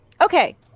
Okay